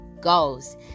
goals